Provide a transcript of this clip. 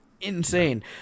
insane